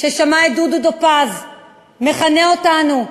ששמע את דודו טופז מכנה אותנו,